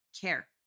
care